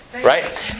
Right